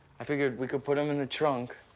i figured we could put em and trunk,